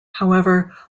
however